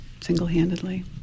single-handedly